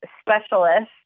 specialist